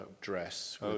dress